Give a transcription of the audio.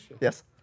Yes